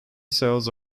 cells